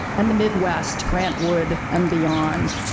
and the midwest grant wood and beyond.